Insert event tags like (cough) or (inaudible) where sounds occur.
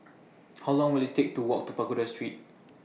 (noise) How Long Will IT Take to Walk to Pagoda Street